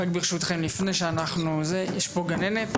רק ברשותכם, יש פה גננת.